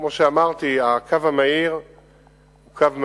כמו שאמרתי, הקו המהיר הוא קו מהיר.